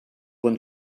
when